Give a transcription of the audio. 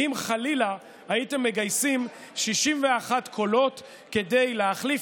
אם חלילה הייתם מגייסים 61 קולות כדי להחליף